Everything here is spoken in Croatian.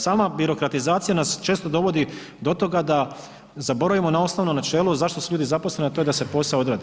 Sama birokratizacija nas često dovodi do toga da zaboravimo na osnovno načelo zašto su ljudi zaposleni, a to je da se posao odradi.